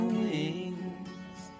wings